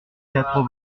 quatre